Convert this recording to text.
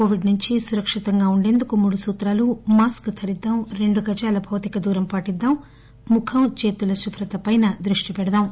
Covid నుంచి సురక్షితంగా ఉండటానికి మూడు సూత్రాలు మాస్క్ ధరిద్దాం రెండు గజాల భౌతిక దూరం పాటిద్దాం ముఖం చేతుల శుభ్రతపై దృష్టి పెడదాం